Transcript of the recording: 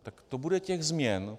Tak to bude těch změn...